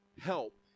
help